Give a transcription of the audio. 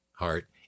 heart